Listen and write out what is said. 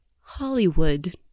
Hollywood